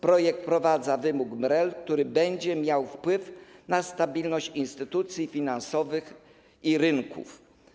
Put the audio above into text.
Projekt wprowadza wymóg MREL, który będzie miał wpływ na stabilność instytucji finansowych i rynków.